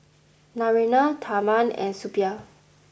Naraina Tharman and Suppiah